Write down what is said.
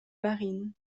marine